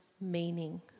meaning